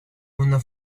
una